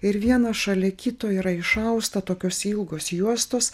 ir vienas šalia kito yra išausta tokios ilgos juostos